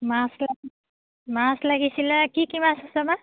মাছ কেই মাছ লাগিছিলে কি কি মাছ আছে বা